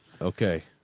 Okay